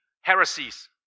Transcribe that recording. heresies